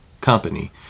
company